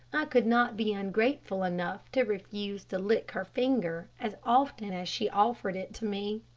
i could not be ungrateful enough to refuse to lick her finger as often as she offered it to me.